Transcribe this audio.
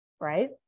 right